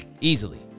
easily